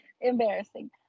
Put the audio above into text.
embarrassing